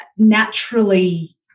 naturally